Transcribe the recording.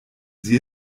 sie